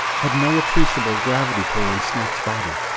had no appreciable gravity pull on snap's body,